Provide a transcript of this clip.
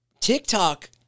TikTok